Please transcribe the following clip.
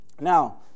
Now